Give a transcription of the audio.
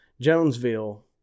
Jonesville